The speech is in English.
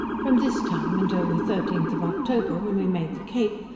from this time until the thirteenth of october when we made the cape,